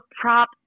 prop